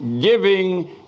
giving